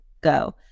go